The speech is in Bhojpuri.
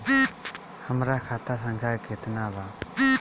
हमरा खाता संख्या केतना बा?